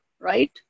right